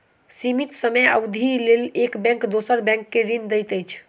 सीमित समय अवधिक लेल एक बैंक दोसर बैंक के ऋण दैत अछि